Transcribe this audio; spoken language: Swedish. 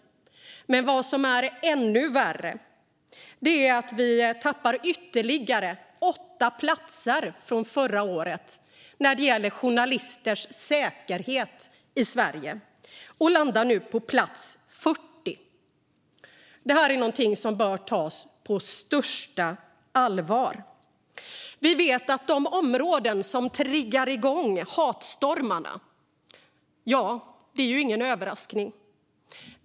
Men vad som är ännu värre är att vi tappar ytterligare åtta platser jämfört med förra året när det gäller journalisters säkerhet i Sverige. Vi landar nu på plats 40. Detta bör tas på största allvar. När vi tittar på vilka områden som triggar igång hatstormarna hittar vi inga överraskningar.